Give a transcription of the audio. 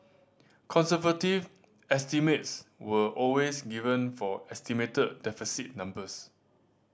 conservative estimates were always given for estimated deficit numbers